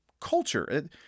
culture